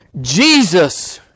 Jesus